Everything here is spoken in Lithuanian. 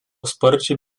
sparčiai